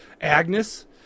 Agnes